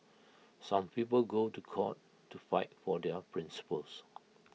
some people go to court to fight for their principles